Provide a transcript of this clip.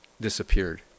disappeared